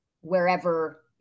wherever